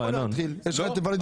אתה יכול להתחיל, יש לך את ולדימיר.